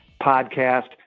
Podcast